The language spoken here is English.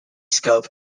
scope